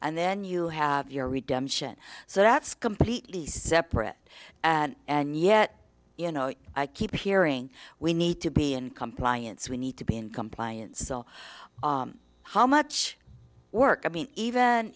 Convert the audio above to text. and then you have your redemption so that's completely separate and yet you know i keep hearing we need to be in compliance we need to be in compliance how much work i mean even